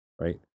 right